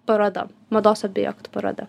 paroda mados objektų paroda